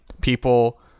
people